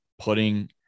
putting